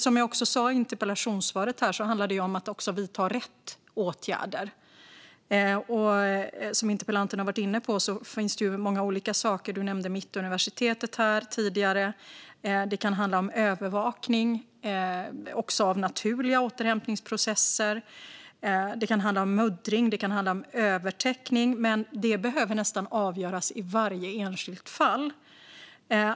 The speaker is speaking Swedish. Som jag sa i interpellationssvaret handlar det om att vidta rätt åtgärder. Som interpellanten har varit inne på finns det många olika saker, och Mittuniversitetet nämndes tidigare. Det kan handla om övervakning av naturliga återhämtningsprocesser, om muddring och om övertäckning, men det behöver avgöras i varje enskilt fall.